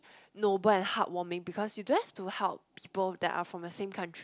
noble and heartwarming because you don't have to help people that are from the same country